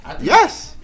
Yes